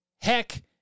Heck